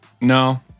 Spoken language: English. No